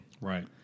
Right